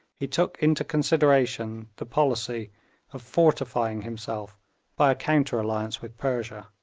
he took into consideration the policy of fortifying himself by a counter alliance with persia.